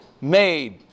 made